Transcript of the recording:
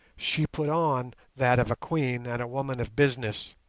she put on that of a queen and a woman of business.